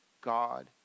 god